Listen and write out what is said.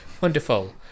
Wonderful